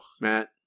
Matt